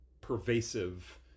pervasive